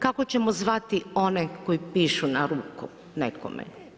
Kako ćemo zvati one koji pišu na ruku nekome?